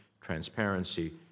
transparency